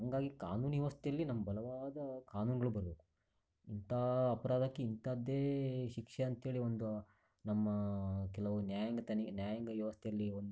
ಹಾಗಾಗಿ ಕಾನೂನು ವ್ಯವಸ್ಥೆಯಲ್ಲಿ ನಮ್ಗೆ ಬಲವಾದ ಕಾನೂನುಗಳು ಬರಬೇಕು ಇಂಥ ಅಪರಾಧಕ್ಕೆ ಇಂತಹದ್ದೇ ಶಿಕ್ಷೆ ಅಂಥೇಳಿ ಒಂದು ನಮ್ಮ ಕೆಲವು ನ್ಯಾಯಾಂಗ ತನಿ ನ್ಯಾಯಾಂಗ ವ್ಯವಸ್ಥೆಯಲ್ಲಿ ಒಂದು